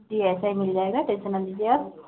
जी ऐसे ही मिल जाएगा टेन्शन ना लीजिए आप